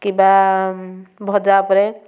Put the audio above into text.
କିମ୍ବା ଭଜା ଉପରେ